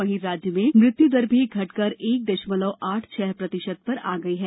वहीं राज्य में मृत्यू दर भी घटकर एक दशमलव आठ छह प्रतिशत पर आ गयी है